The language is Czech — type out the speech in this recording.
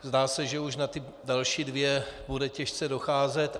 Zdá se, že už na ty další dvě bude těžce docházet.